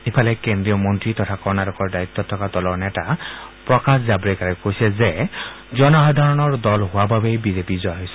ইফালে কেন্দ্ৰীয় মন্ত্ৰী তথা কৰ্ণটিকৰ দায়িত্বত থকা দলৰ নেতা প্ৰকাশ জাভ্ৰেকাৰে কৈছে যে জনসাধাৰণৰ দল হোৱা বাবে বিজেপি জয়ী হৈছে